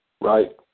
Right